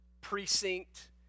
precinct